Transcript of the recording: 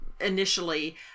initially